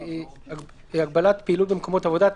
במקומות עבודה)